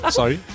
sorry